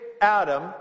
Adam